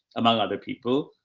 among other people,